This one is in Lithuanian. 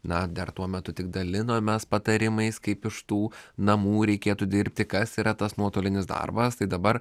na dar tuo metu tik dalinomės patarimais kaip iš tų namų reikėtų dirbti kas yra tas nuotolinis darbas tai dabar